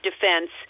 defense